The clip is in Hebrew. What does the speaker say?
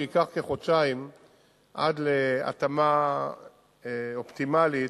יעברו כחודשיים עד להתאמה אופטימלית